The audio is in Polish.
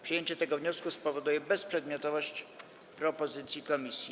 Przyjęcie tego wniosku spowoduje bezprzedmiotowość propozycji komisji.